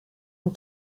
and